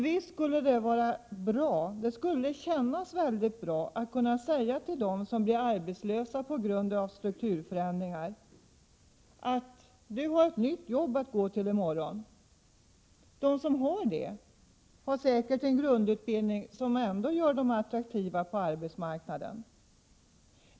Visst skulle det kännas väldigt bra att kunna säga till dem som blir arbetslösa på grund av strukturförändringar att de har ett nytt jobb att gå till i morgon. De som har det har säkert en grundutbildning som ändå gör dem attraktiva på arbetsmarknaden.